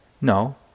No